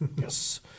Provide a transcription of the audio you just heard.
yes